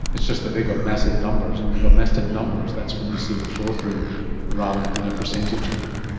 it's just that they've got massive numbers and when you've got massive numbers that's when you see the flow through rather than it being a percentage game.